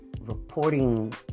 reporting